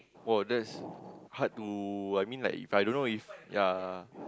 !wow! that's hard to I mean like If I don't know if ya